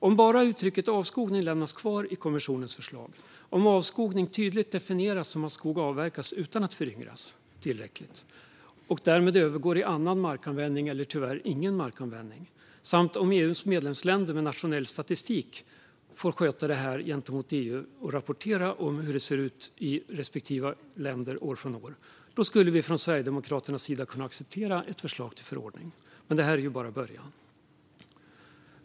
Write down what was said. Om bara uttrycket avskogning lämnas kvar i kommissionens förslag, om avskogning tydligt definieras som att skog avverkas utan att föryngras tillräckligt och därmed övergår i annan markanvändning, eller tyvärr ingen markanvändning, samt om EU:s medlemsländer med nationell statistik får sköta detta gentemot EU och rapportera om hur det ser ut i respektive länder år från år, då skulle vi från Sverigedemokraternas sida kunna acceptera ett förslag till förordning. Men detta är bara början.